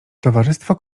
towarzystwo